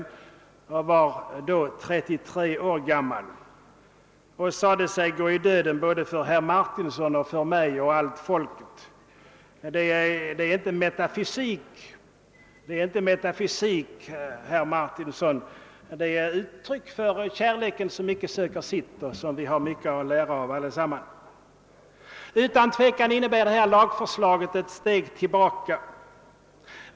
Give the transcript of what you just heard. Han var då 33 år gammal och sade sig gå i döden för herr Martinsson, mig och allt folket. Det är inte metafysik, herr Martinsson, utan ett uttryck för kärleken som icke söker sitt och som vi alla har anledning att ta åt OSS. Utan tvekan innebär detta lagförslag ett steg tillbaka.